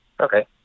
Okay